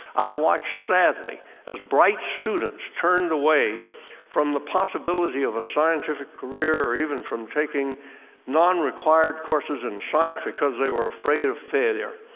i watched sadly as bright students turned away from the possibility of a scientific career or even from taking non-required courses in science because they were afraid of failure.